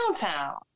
Downtown